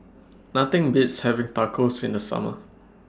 Nothing Beats having Tacos in The Summer